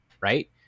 right